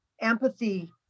empathy